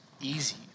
easy